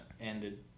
ended